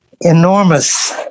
Enormous